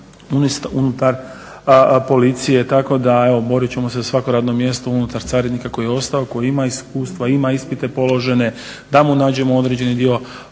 unutar policije. Tako da, evo boriti ćemo se za svako radno mjesto unutar carinika koji je ostao, koji ima iskustva, ima ispite položene da mu nađemo određeni dio